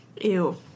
Ew